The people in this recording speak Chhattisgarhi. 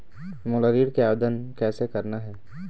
मोला ऋण के आवेदन कैसे करना हे?